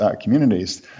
communities